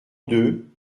deux